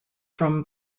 from